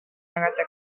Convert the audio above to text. agatha